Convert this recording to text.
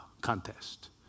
contest